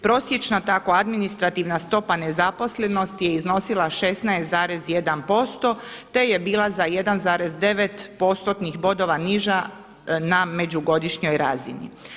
Prosječna tako administrativna stopa nezaposlenosti je iznosila 16,1% te je bila za 1,9 postotnih bodova niža na međugodišnjoj razini.